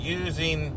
using